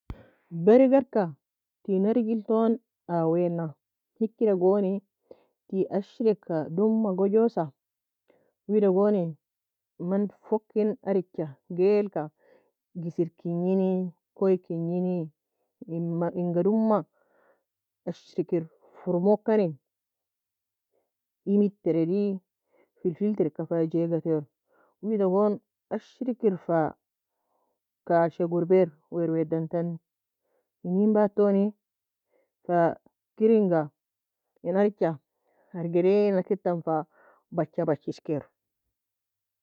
Burger ka tean arig elton awina hikre goni tea ashiri weka doma gojusa wida goni mn foky en arige gelka gisr kinge koye kigne en مفرمة log ashrie kir formo kanie emid tereid, فلفل ter wida goon, wida gon ashirikr fa kasha gurber. Wer wer dan. Enin badta fa kir in ariga fa kir argaday nakitan bucha esker.